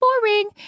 boring